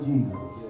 Jesus